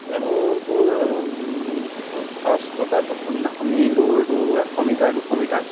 তেল তোৰ ফাৰ্ষ্টতে প্ৰথমদিনাখনি দৌৰটো এশ মিটাৰ দুশ মিটাৰ